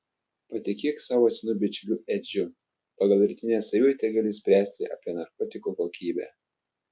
patikėk savo senu bičiuliu edžiu pagal rytinę savijautą gali spręsti apie narkotikų kokybę